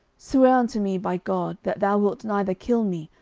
swear unto me by god, that thou wilt neither kill me,